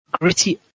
gritty